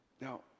Now